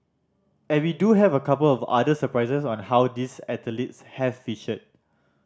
and we do have a couple of other surprises on how these athletes has featured